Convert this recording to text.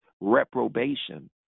reprobation